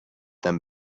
them